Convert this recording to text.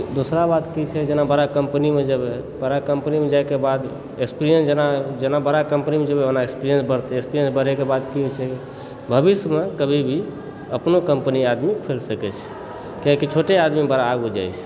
दोसरा बात की छै जेना बड़ा कम्पनीमे जेबय बड़ा कम्पनीमे जाइके बाद एक्सपीरियेन्स जेना बड़ा कम्पनीमे जेबय ओना एक्सपीरियेन्स बढ़तै एक्सपीरियेन्स बढ़यके बाद की होइत छै भविष्यमे कभी भी अपनो कम्पनी आगू खोलि सकय छी किआकि छोटे आदमी बड़ा आगू जाइत छै